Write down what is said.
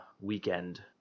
weekend